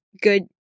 good